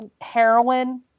Heroin